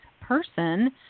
person